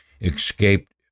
escaped